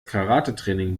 karatetraining